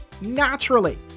naturally